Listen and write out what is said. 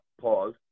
pause